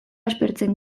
aspertzen